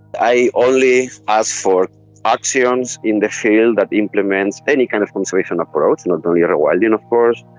i only ask for actions in the fields that implement any kind of conservation approach, not only rewilding of course.